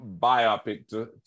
biopic